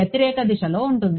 వ్యతిరేక దిశలో ఉంటుంది